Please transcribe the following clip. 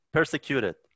Persecuted